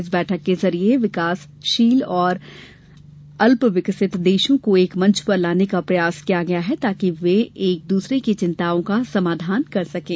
इस बैठक के जरिए विकासशील और अल्पविकसित देशों को एक मंच पर लाने का प्रयास किया गया है ताकि वे एक दूसरे की चिन्ताओं का समाधान कर सकें